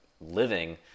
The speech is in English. living